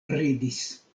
ridis